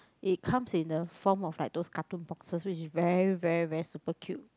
it comes in the form of like those cartoon boxes which is very very very super cute